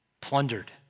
plundered